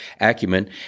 Acumen